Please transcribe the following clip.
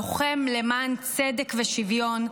לוחם למען צדק ושוויון,